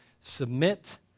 submit